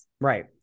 Right